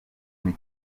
buri